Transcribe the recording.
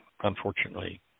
unfortunately